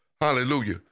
Hallelujah